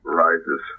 rises